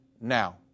now